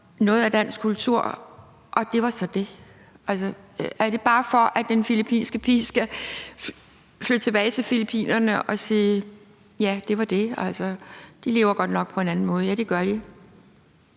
noget om dansk kultur, og det var så det. Altså, er det bare, for at den filippinske pige skal flytte tilbage til Filippinerne og sige: Det var det; de lever godt nok på en anden måde, ja, de gør? Kl.